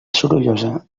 sorollosa